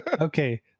Okay